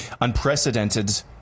Unprecedented